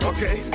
Okay